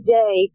day